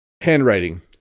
Handwriting